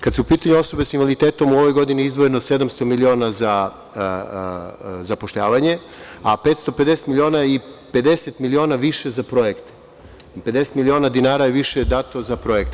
Kad su u pitanju osobe sa invaliditetom, u ovoj godini je izdvojeno 700 miliona za zapošljavanje, a 550 miliona i 50 miliona više za projekte, 50 miliona je više dato za projekte.